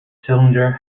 cylinder